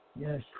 Yes